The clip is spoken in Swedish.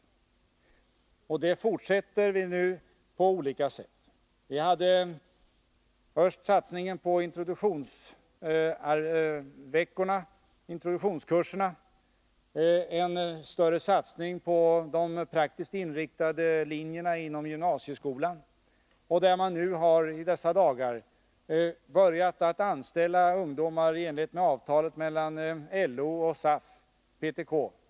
Dessa ansträngningar fortsätter vi nu på olika sätt. Vi hade först satsningen på introduktionskurserna, en större satsning med statsbidrag på de praktiskt inriktade linjerna inom gymnasieskolan, där man i dessa dagar har börjat anställa ungdomar i enlighet med avtalet mellan LO, SAF och PTK.